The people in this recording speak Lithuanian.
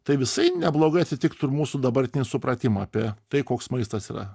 tai visai neblogai atitiktų mūsų dabartinį supratimą apie tai koks maistas yra